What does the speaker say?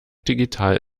digital